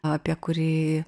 apie kurį